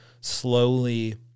slowly